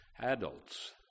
adults